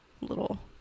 Little